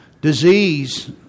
Disease